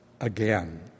again